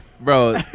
bro